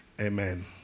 amen